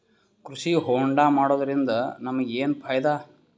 ಕೃಷಿ ಹೋಂಡಾ ಮಾಡೋದ್ರಿಂದ ನಮಗ ಏನ್ ಫಾಯಿದಾ?